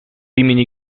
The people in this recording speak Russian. имени